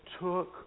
took